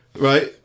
Right